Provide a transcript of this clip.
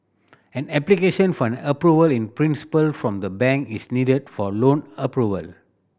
an application for an Approval in Principle from the bank is needed for loan approval